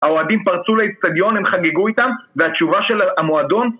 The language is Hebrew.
האוהדים פרצו לאיצטדיון, הם חגגו איתם, והתשובה של המועדון